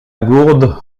gourde